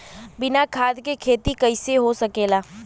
बिना खाद के खेती कइसे हो सकेला?